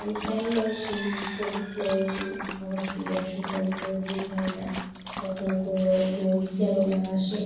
আমি চাই না সেই কোভিড নাইন্টিন আবার ফিরে আসুক আমি কোনো দিনই চাই না সেরকম কোনো রোগই যেন না আসে